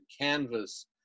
canvas